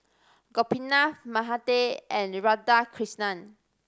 Gopinath Mahade and Radhakrishnan